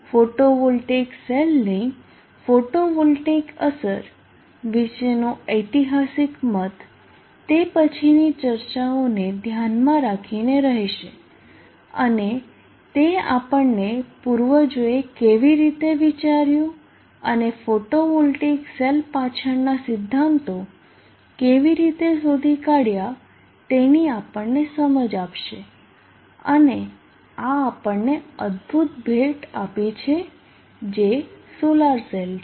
photovoltaic સેલની photovoltaic અસર વિશેનો ઐતિહાસિક મત તે પછીની ચર્ચાઓને ધ્યાનમાં રાખીને રહેશે અને તે આપણને પૂર્વજોએ કેવી રીતે વિચાર્યું અને ફોટોવોલ્ટેઇક સેલ પાછળના સિદ્ધાંતો કેવી રીતે શોધી કાઢ્યા તેની આપણને સમજ આપશે અને આ આપણને અદભુત ભેટ આપી છે જે સોલાર સેલ છે